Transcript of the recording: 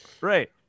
Right